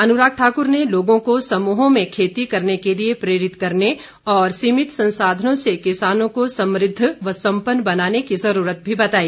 अनुराग ठाकुर ने लोगों को समूहों में खेती के लिए प्रेरित करने और सीमित संसाधनों से किसानों को समूद्ध व सम्पन्न बनाने की जरूरत भी बताई